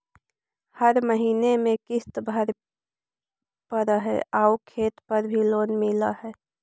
हर महीने में किस्त भरेपरहै आउ खेत पर भी लोन मिल है?